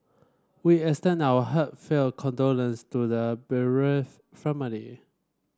we extend our heartfelt condolences to the bereaved family